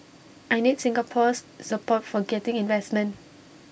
I need Singapore's support for getting investment